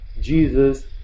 Jesus